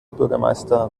bürgermeister